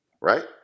Right